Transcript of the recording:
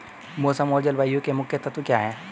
मौसम और जलवायु के मुख्य तत्व क्या हैं?